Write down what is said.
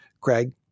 Craig